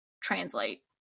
translate